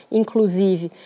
inclusive